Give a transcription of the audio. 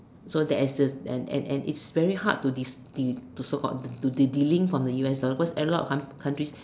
so that is this and and and it's very hard to des~ de~ to so called to delink from the U_S dollar cause a lot of com~ countries